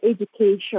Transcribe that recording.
education